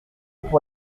pour